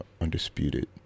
undisputed